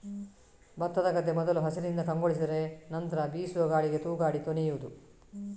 ಭತ್ತದ ಗದ್ದೆ ಮೊದಲು ಹಸಿರಿನಿಂದ ಕಂಗೊಳಿಸಿದರೆ ನಂತ್ರ ಬೀಸುವ ಗಾಳಿಗೆ ತೂಗಾಡಿ ತೊನೆಯುವುದು